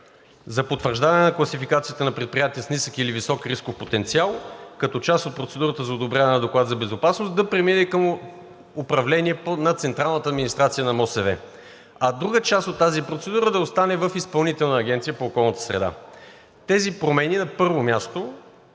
за потвърждаване на класификацията на предприятия с нисък или висок рисков потенциал като част от процедурата за одобряване на доклад за безопасност, да премине към управлението на централната администрация на МОСВ, а друга част от тази процедура да остане в Изпълнителната агенция по околна среда. Тези промени, на първо място,